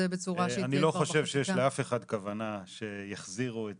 אני לא חושב שיש לאף אחד כוונה שיחזירו את